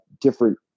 different